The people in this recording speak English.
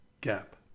gap